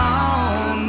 on